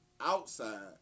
outside